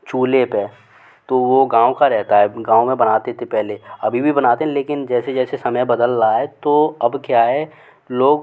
चूल्हे पर तो वो गाँव का रहता है गाँव में बनाते थे पहले अभी भी बनाते हैं लेकिन जैसे जैसे समय बदल रहा है तो अब क्या है लोग